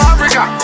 Africa